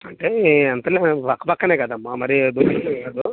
అంటే ఎంతలే పక్కపక్కనే కదమ్మ మరీ దూరం ఉండదు